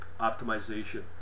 optimization